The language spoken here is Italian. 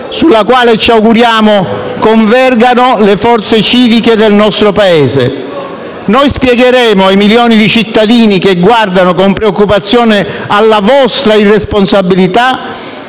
sulla quale ci auguriamo convergano le forze civiche del nostro Paese. Noi spiegheremo ai milioni di cittadini che guardano con preoccupazione alla vostra irresponsabilità